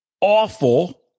awful